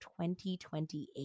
2028